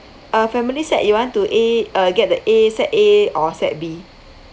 uh family set you want to A uh get the A set A or set B